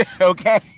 okay